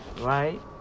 Right